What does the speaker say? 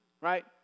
Right